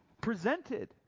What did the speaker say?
presented